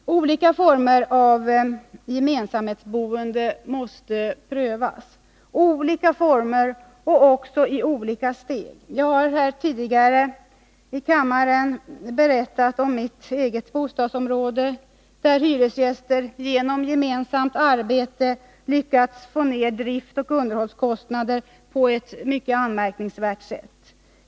Flera former av gemensamhetsboende måste prövas — olika former och i olika steg. Jag har tidigare här i kammaren berättat om mitt eget bostadsområde, där hyresgäster genom gemensamt arbete lyckats få ner driftoch underhållskostnaderna på ett mycket anmärkningsvärt sätt.